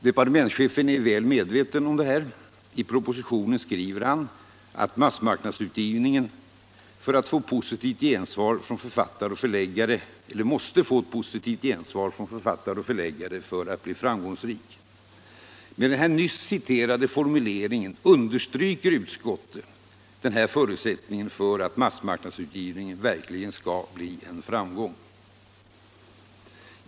Departementschefen är väl medveten om detta. I propositionen skriver han att massmarknadsutgivningen ”måste få ett positivt gensvar från författare och förläggare” för att bli framgångsrik. Med sin nyss citerade formulering understryker utskottet denna förutsättning för att massmarknadsutgivningen verkligen skall bli en framgång.